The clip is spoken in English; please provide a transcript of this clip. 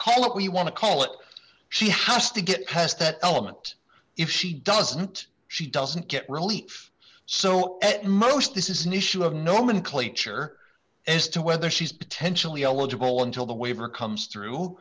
call it what you want to call it she has to get test that element if she doesn't she doesn't get relief so at most this is an issue of nomenclature as to whether she's potentially eligible until the waiver comes through